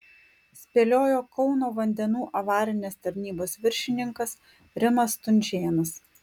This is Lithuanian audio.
spėliojo kauno vandenų avarinės tarnybos viršininkas rimas stunžėnas